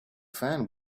fan